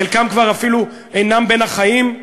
חלקם אפילו אינם בין החיים.